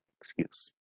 excuse